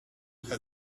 had